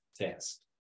test